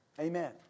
Amen